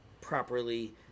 properly